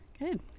Good